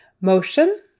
Motion